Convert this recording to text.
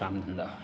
काम धंधा